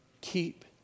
keep